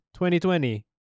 2020